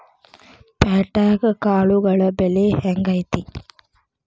ಪ್ಯಾಟ್ಯಾಗ್ ಕಾಳುಗಳ ಬೆಲೆ ಹೆಂಗ್ ಐತಿ?